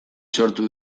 sortu